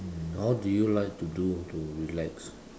how do you like to do to relax